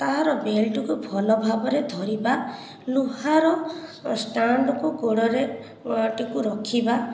ତାହାର ବେଲ୍ଟ କୁ ଭଲ ଭାବରେ ଧରିବା ଲୁହାର ଷ୍ଟାଣ୍ଡକୁ ଗୋଡ଼ରେ ଟିକୁ ରଖିବା